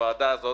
שהתקופה הזאת